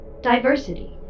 diversity